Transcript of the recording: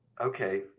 Okay